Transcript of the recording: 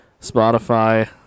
Spotify